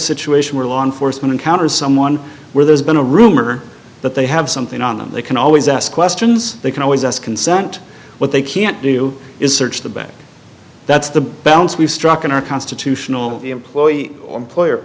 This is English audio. situation where law enforcement encounters someone where there's been a rumor that they have something on them they can always ask questions they can always ask consent what they can't do is search the bag that's the balance we've struck in our constitutional employee or employer